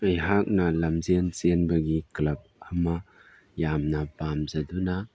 ꯑꯩꯍꯥꯛꯅ ꯂꯝꯖꯦꯟ ꯆꯦꯟꯕꯒꯤ ꯀ꯭ꯂꯕ ꯑꯃ ꯌꯥꯝꯅ ꯄꯥꯝꯖꯗꯨꯅ